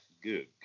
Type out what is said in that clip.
Good